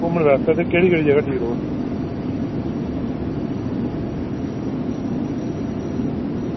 घुम्मन बास्तै की केह्ड़ी केह्ड़ी जगह ठीक रौह्ग